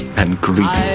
and greed.